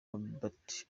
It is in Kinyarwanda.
robert